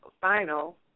final